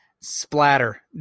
Splatter